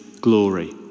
glory